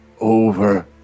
over